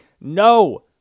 no